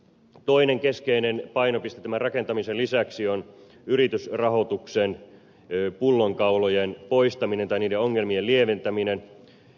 toinen keskeinen painopiste tämän rakentamisen lisäksi on yritysrahoituksen pullonkaulojen poistaminen tai niiden ongelmien lieventäminen